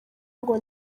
ngo